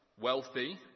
wealthy